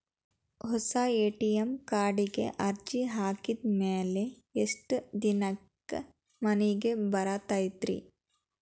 ಹೊಸಾ ಎ.ಟಿ.ಎಂ ಕಾರ್ಡಿಗೆ ಅರ್ಜಿ ಹಾಕಿದ್ ಮ್ಯಾಲೆ ಎಷ್ಟ ದಿನಕ್ಕ್ ಮನಿಗೆ ಬರತೈತ್ರಿ?